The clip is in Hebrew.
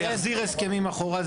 זה יחזיר הסכמים אחורה,